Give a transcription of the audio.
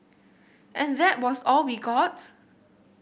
and that was all we got